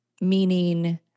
Meaning